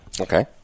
Okay